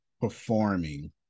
performing